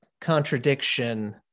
contradiction